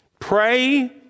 Pray